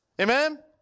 Amen